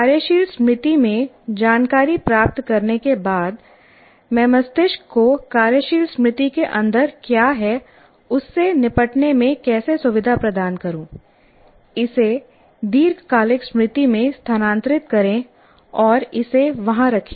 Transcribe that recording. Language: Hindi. कार्यशील स्मृति में जानकारी प्राप्त करने के बाद मैं मस्तिष्क को कार्यशील स्मृति के अंदर क्या है उससे निपटने में कैसे सुविधा प्रदान करूं इसे दीर्घकालिक स्मृति में स्थानांतरित करें और इसे वहां रखें